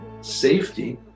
safety